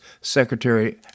Secretary